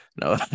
No